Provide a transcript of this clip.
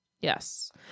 Yes